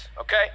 okay